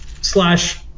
slash